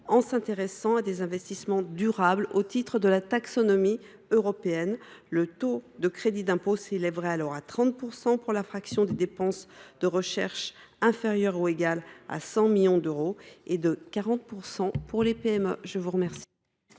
en s’intéressant à des investissements durables au titre de la taxonomie européenne. Le taux de crédit d’impôt s’élèverait alors à 30 % pour la fraction des dépenses de recherche inférieure ou égale à 100 millions d’euros et à 40 % pour les petites et